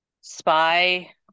spy